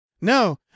No